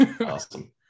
Awesome